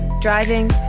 driving